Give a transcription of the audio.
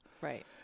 Right